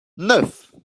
neuf